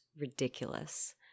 ridiculous